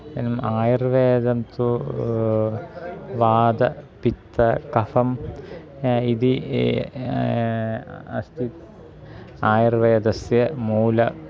नाम आयुर्वेदं तु वादपित्तकफम् इति अस्ति आयुर्वेदस्य मूलः